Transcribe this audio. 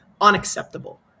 unacceptable